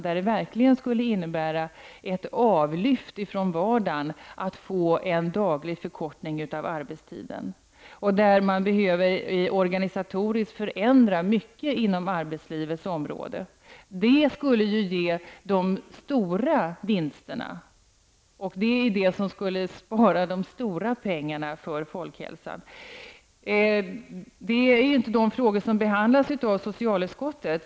För dessa arbetstagare skulle en förkortning av arbetstiderna verkligen innebära en lättnad i vardagen. Det finns mycket inom arbetslivet som skulle behöva genomgå en organisatorisk förändring, något som skulle ge de stora vinsterna och besparingarna för folkhälsan. Dessa frågor behandlas inte av socialutskottet.